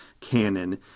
canon